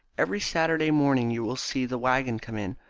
every saturday morning you will see the waggon come in.